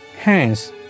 Hence